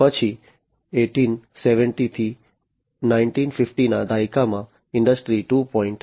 પછી 1870 થી 1950 ના દાયકામાં ઇન્ડસ્ટ્રી2